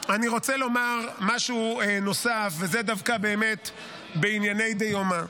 לומר משהו נוסף, וזה דווקא באמת בענייני דיומא.